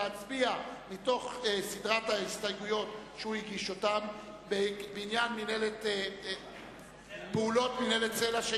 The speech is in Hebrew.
להצביע מתוך סדרת ההסתייגויות שהגיש על עניין פעולות מינהלת סל"ע,